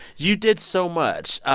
you did so much.